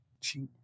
cheap